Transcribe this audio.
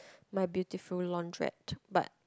My-Beautiful-Laundrette but